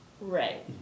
Right